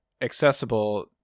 accessible